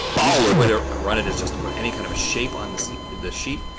easiest way to run it is just to put any kind of a shape on the so the sheet.